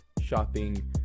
shopping